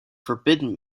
forbidden